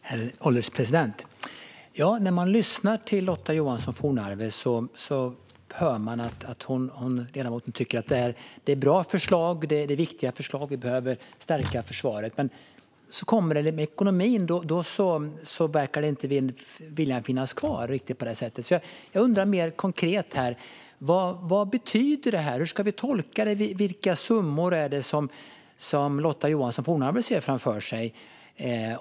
Herr ålderspresident! När man lyssnar till Lotta Johnsson Fornarve hör man att hon tycker att det är bra och viktiga förslag - vi behöver stärka försvaret. Men när vi kommer till ekonomin verkar viljan inte riktigt finnas kvar. Jag undrar mer konkret: Vad betyder detta, och hur ska vi tolka det? Vilka summor är det som Lotta Johnsson Fornarve ser framför sig?